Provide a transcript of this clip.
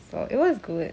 so it was good